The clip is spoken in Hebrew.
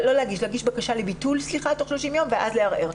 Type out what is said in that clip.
להגיש בקשה לביטול תוך 30 ימים ואז לערער.